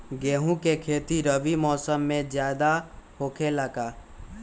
गेंहू के खेती रबी मौसम में ज्यादा होखेला का?